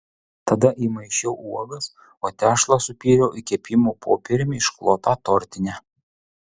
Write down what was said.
tada įmaišiau uogas o tešlą supyliau į kepimo popieriumi išklotą tortinę